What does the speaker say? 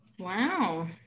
Wow